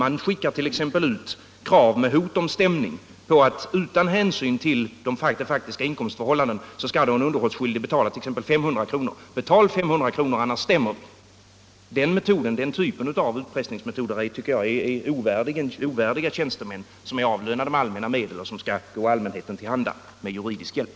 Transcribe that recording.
De skickar utan hänsyn till det faktiska inkomstförhållandet ut krav till den underhållsskyldige med hot om stämning. De säger t.ex.: Gå med på 500 kr., annars stämmer vi. Den metoden, den typen av utpressning, är ovärdig tjänstemän som avlönas med allmänna medel och skall gå allmänheten till handa med juridisk hjälp.